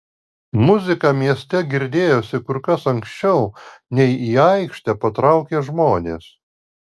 muzika mieste girdėjosi kur kas anksčiau nei į aikštę patraukė žmonės